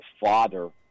father